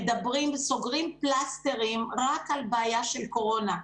סוגרים פלסטרים רק על בעיה של קורונה.